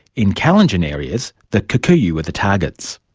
in kalenjin areas, the kikuyu were the targets.